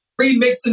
Remixing